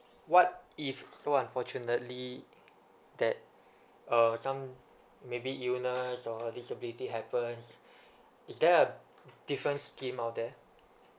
what if so unfortunately really that err some maybe illness or disability happens is there a difference scheme out there